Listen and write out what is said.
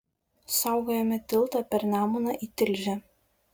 saugojome tiltą per nemuną į tilžę